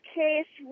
case